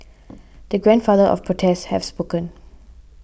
the grandfather of protests has spoken